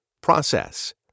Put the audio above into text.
process